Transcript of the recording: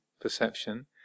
perception